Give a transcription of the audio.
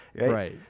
Right